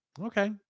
Okay